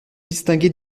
distinguer